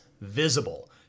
visible